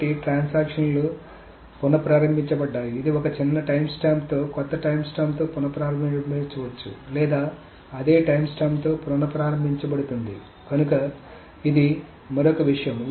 కాబట్టి ట్రాన్సాక్షన్లు పునఃప్రారంబించబడుతాయి ఇది ఒక చిన్న టైమ్స్టాంప్తో కొత్త టైమ్స్టాంప్తో పునఃప్రారంబించబడవచ్చు లేదా అదే టైమ్స్టాంప్తో పునఃప్రారంబించ బడుతుంది కనుక ఇది మరొక విషయం